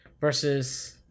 versus